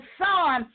son